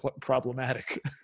problematic